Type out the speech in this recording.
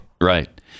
Right